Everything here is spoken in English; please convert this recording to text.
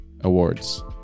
Awards